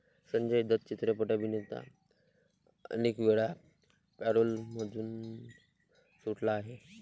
संजय दत्त चित्रपट अभिनेता अनेकवेळा पॅरोलमधून सुटला आहे